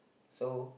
so